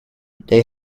they